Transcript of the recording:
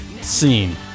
scene